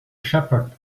shepherd